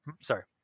Sorry